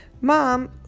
Mom